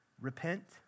Repent